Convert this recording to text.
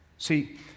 See